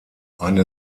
eine